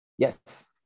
Yes